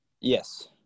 Yes